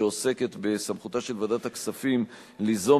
שעוסקת בסמכותה של ועדת הכספים ליזום